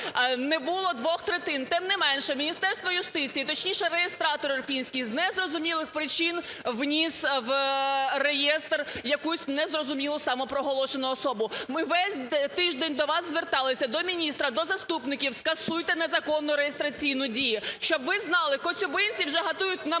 не було двох третин. Тим не менше Міністерство юстиції, точніше, реєстратор ірпінський з незрозумілих причин вніс в реєстр якусь незрозумілу самопроголошену особу. Ми весь тиждень до вас зверталися, до міністра, до заступників: скасуйте незаконну реєстраційну дію. Щоб ви знали, коцюбинці вже готують намети